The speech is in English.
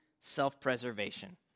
self-preservation